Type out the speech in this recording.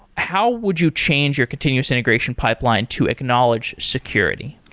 how would you change your continuous integration pipeline to acknowledge security?